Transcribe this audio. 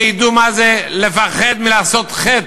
שידעו מה זה לפחד מלעשות חטא,